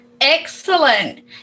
Excellent